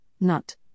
nut